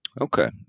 Okay